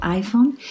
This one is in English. iPhone